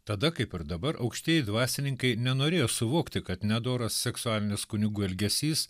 tada kaip ir dabar aukštieji dvasininkai nenorėjo suvokti kad nedoras seksualinis kunigų elgesys